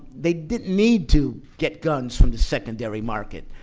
they didn't need to get guns from the secondary market,